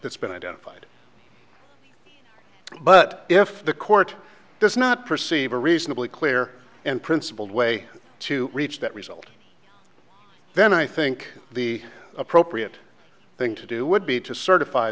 that's been identified but if the court does not perceive a reasonably clear and principled way to reach that result then i think the appropriate thing to do would be to certify